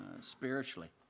spiritually